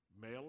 male